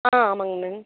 ஆ ஆமாங்க மேம்